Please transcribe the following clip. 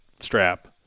strap